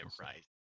right